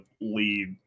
lead